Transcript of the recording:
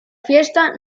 fiesta